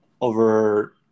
over